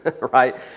right